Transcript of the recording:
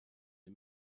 les